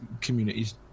communities